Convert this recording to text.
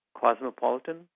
cosmopolitan